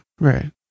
Right